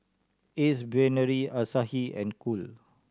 Ace Brainery Asahi and Cool